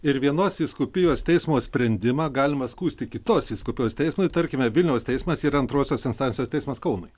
ir vienos vyskupijos teismo sprendimą galima skųsti kitos vyskupijos teismui tarkime vilniaus teismas ir antrosios instancijos teismas kaunui